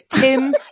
tim